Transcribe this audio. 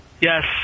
Yes